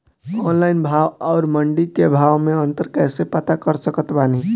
Online भाव आउर मंडी के भाव मे अंतर कैसे पता कर सकत बानी?